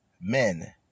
men